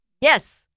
Yes